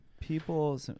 people